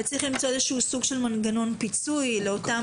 וצריך למצוא איזה שהוא מנגנון פיצוי לאותם